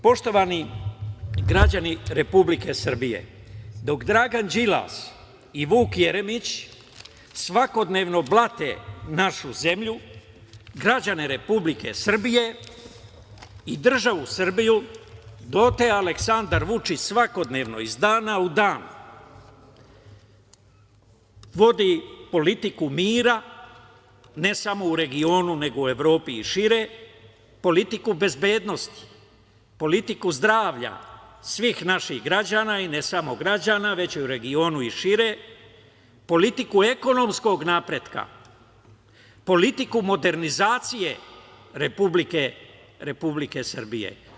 Poštovani građani Republike Srbije, dok Dragan Đilas i Vuk Jeremić svakodnevno blate našu zemlju, građane Republike Srbije i državu Srbiju, dotle Aleksandar Vučić svakodnevno, iz dana u dan vodi politiku mira, ne samo u regionu, nego u Evropi i šire, politiku bezbednosti, politiku zdravlja svih naših građana, i ne samo građana, već i u regionu i šire, politiku ekonomskog napretka, politiku modernizacije Republike Srbije.